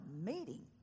meeting